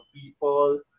people